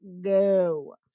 go